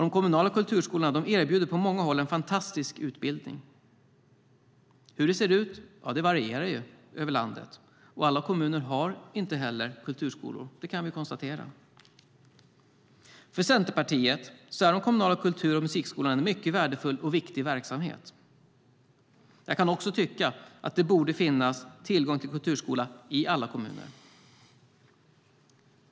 De kommunala kulturskolorna erbjuder på många håll en fantastisk utbildning. Hur det ser ut varierar dock över landet, och alla kommuner har inte heller kulturskolor. Det kan vi konstatera. För Centerpartiet är de kommunala kultur och musikskolorna en mycket värdefull och viktig verksamhet. Jag kan också tycka att det borde finnas tillgång till kulturskola i alla kommuner.